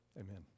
amen